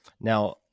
Now